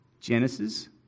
Genesis